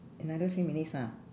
another three minutes ah